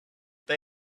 they